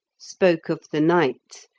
spoke of the knight,